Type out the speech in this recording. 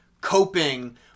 coping